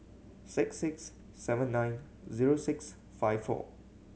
six six seven nine zero six five four